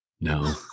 No